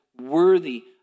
worthy